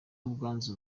bwanze